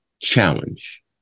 challenge